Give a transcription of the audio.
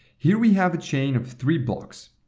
here we have a chain of three blocks.